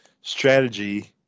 strategy